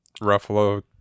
Ruffalo